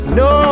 no